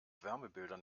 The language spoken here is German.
wärmebildern